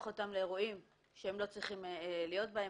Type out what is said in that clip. אותם לאירועים שהם לא צריכים להיות בהם.